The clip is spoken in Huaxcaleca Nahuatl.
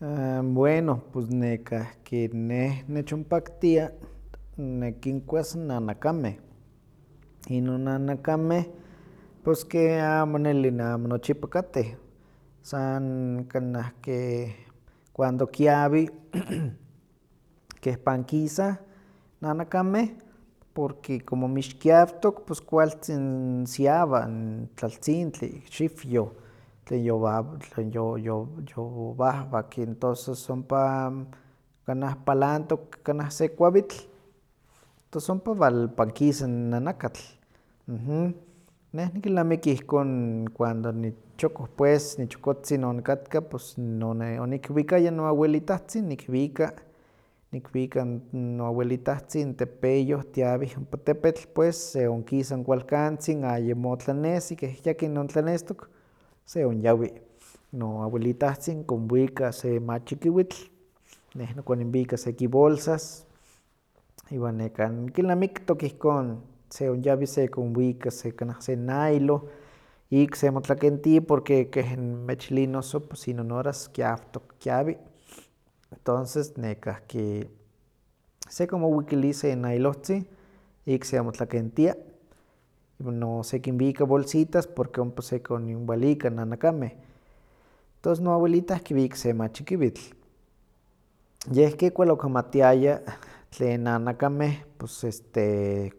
An bueno, pues nekahki neh nechonpaktia nikinkuas n nanakameh, inon nanakameh pues keh amo neli amo nochipa katteh, san kanah ke cuando kiawi keh pankisah nanakameh, porque como mixkiawtok pus kualtzin siawa n tlaltzintli, n xiwyoh tlen yowaw- tlen yo- yo- yowahwaki toses n ompa kanah palantok kanah se kuawitl, tos ompa walpankisa nanakatl. Neh nikilnamiki ihkon cuando nichokoh pues, nichokotzin onikatka pus n- one- onikwikaya noawelitahtzin, nikwika, nikwika noawelitahtzin tepeyoh tiawih ompa tepetl pues se onkisa kualkantzin ayemo tlanesi keh yakin ontlanestok, seonyaw. Noawelitahtzin konwika se machikiwitl, neh nokoninwika seki bolsas, iwan nekan nikilnamiktok ihkon, seonyawi sekonwika kanah se nailo ik semotlakenti porque keh n nimechili noso pues inon horas kiawtok, kiawi, tonces nekahki sekimowikili se nailohtzin, ik seonmotlakentiah, iwan no sekinwika bolsitas porque ompa sekinwalika nanakameh, tos noawelitah kiwika se n machikiwitl. Yeh ke kualli okimatiaya tlen nanakameh pues este